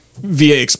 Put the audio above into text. Via